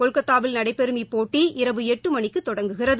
கொல்கத்தாவில் நடைபெறும் இப்போட்டி இரவு எட்டுமணிக்குதொடங்குகிறது